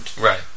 Right